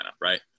right